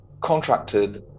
contracted